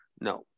No